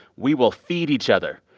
we will feed each other,